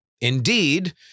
Indeed